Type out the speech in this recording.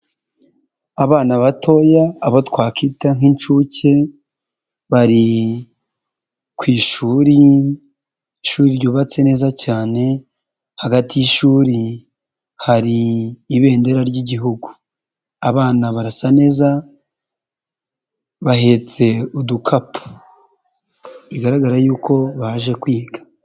Abana batoya abo twakwita nk'inshuke bari ku ishuri. Ishuri ryubatse neza cyane. Hagati y'ishuri hari ibendera ry'igihugu. Abana barasa neza bahetse udukapu bigaragara y'uko baje kwiga.